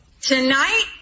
tonight